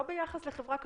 זה.